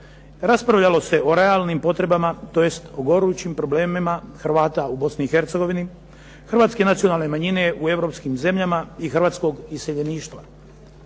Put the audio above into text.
Raspravljalo se o realnim potrebama, tj. o gorućim problemima Hrvata u Bosni i Hercegovini, hrvatske nacionalne manjine u europskim zemljama i hrvatskog iseljeništva.